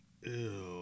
Ew